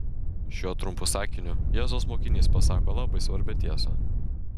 šiuo trumpu sakiniu jėzaus mokinys pasako labai svarbią tiesą